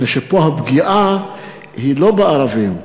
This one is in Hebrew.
מפני שפה הפגיעה היא לא בערבים,